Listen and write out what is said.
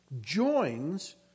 joins